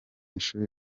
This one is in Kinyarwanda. ishuri